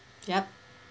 yup